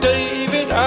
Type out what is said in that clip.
David